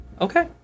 Okay